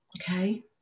okay